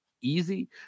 easy